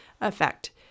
effect